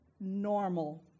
normal